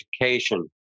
education